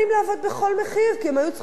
כי הם היו צריכים לפרנס את המשפחות שלהם.